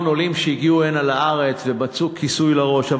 העולים שהגיעו הנה לארץ ומצאו כיסוי לראש.